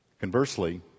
Conversely